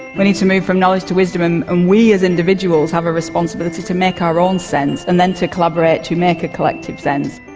we need to move from knowledge to wisdom, and we as individuals have a responsibility to make our own sense and then to collaborate, to make a collective sense.